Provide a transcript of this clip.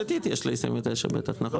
גם ליש עתיד יש הסתייגויות לסעיף 29 בטח, נכון?